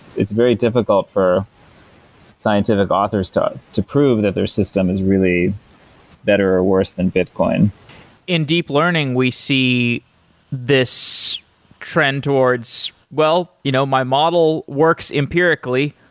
it's very difficult for scientific authors to to prove that their system is really better or worse than bitcoin in deep learning we see this trend towards, well, you know my model works empirically.